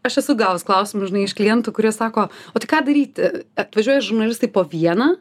aš esu gavus klausimų žinai iš klientų kurie sako o tai ką daryti atvažiuoja žurnalistai po vieną